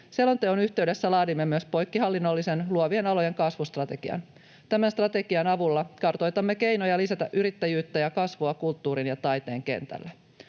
Selonteon yhteydessä laadimme myös poikkihallinnollisen luovien alojen kasvustrategian. Tämän strategian avulla kartoitamme keinoja lisätä yrittäjyyttä ja kasvua kulttuurin ja taiteen kentällä.